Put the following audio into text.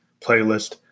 playlist